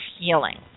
healing